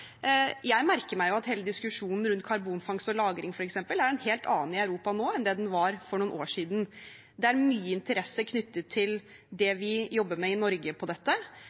Jeg merker meg at f.eks. hele diskusjonen rundt karbonfangst og -lagring er en helt annen i Europa nå enn det den var for noen år siden. Det er mye interesse knyttet til det vi jobber med i Norge på dette,